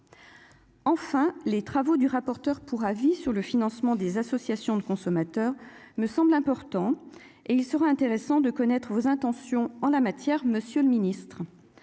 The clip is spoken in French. enfin les travaux du rapporteur pour avis sur le financement des associations de consommateurs me semble important, et il sera intéressant de connaître vos intentions en la matière, monsieur le Ministre,